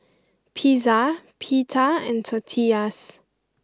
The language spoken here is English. Pizza Pita and Tortillas